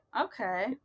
Okay